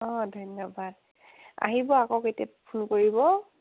অঁ ধন্যবাদ আহিব আকৌ কেতিয়া ফোন কৰিব